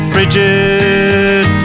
Bridget